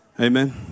Amen